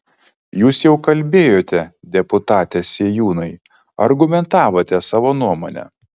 jūs jau kalbėjote deputate sėjūnai argumentavote savo nuomonę